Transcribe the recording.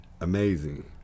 amazing